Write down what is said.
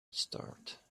start